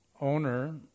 owner